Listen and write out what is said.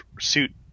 suit